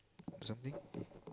like something